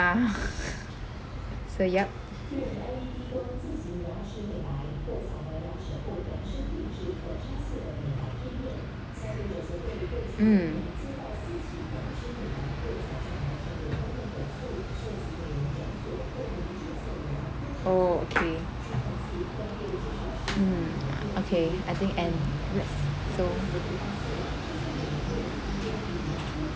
so yup mm oh okay mm okay I think end s~ so